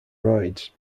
rides